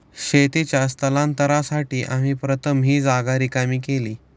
शेतीच्या स्थलांतरासाठी आम्ही प्रथम ही जागा रिकामी केली